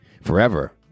forever